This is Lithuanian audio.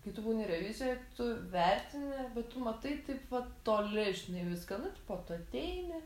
kai tu būni revizijoj tu vertini bet tu matai taip vat toli žinai viską nutipo tu ateini